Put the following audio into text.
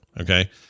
Okay